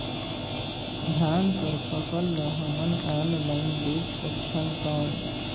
धान कर फसल ल हमन ऑनलाइन बेच सकथन कौन?